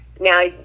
Now